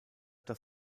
das